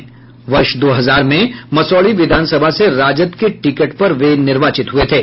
वे वर्ष दो हजार में मसौढ़ी विधानसभा से राजद के टिकट पर निर्वाचित हुए थे